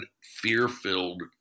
fear-filled